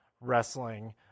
wrestling